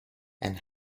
and